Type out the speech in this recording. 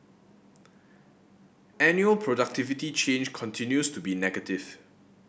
annual productivity change continues to be negative